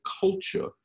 culture